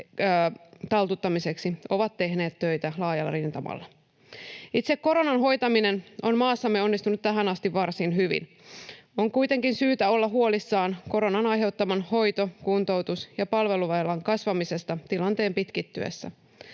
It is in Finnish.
ovat tehneet töitä laajalla rintamalla. Itse koronan hoitaminen on maassamme onnistunut tähän asti varsin hyvin. On kuitenkin syytä olla huolissaan koronan aiheuttaman hoito‑, kuntoutus- ja palveluvelan kasvamisesta tilanteen pitkittyessä.